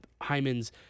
Hyman's